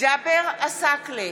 ג'אבר עסאקלה,